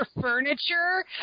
furniture